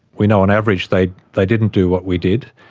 we know on average they they didn't do what we did,